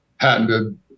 patented